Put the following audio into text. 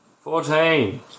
Fourteen